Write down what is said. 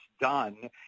done